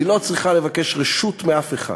והיא לא צריכה לבקש רשות מאף אחד.